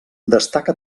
destaca